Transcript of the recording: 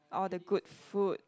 all the good food